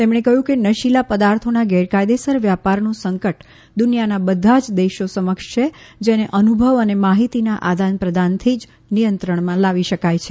તેમણે કહ્યું કે નશીલા પદાર્થોના ગેરકાયદેસર વ્યાપારનું સંકટ દુનિયાના બધા દેશો સમક્ષ છે જેને અનુભવ અને માહિતીના આદાન પ્રદાનથી જ નિયંત્રણમાં લાવી શકાય છે